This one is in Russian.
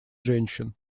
женщин